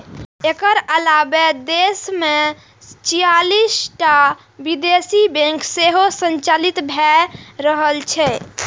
एकर अलावे देश मे छियालिस टा विदेशी बैंक सेहो संचालित भए रहल छै